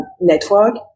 network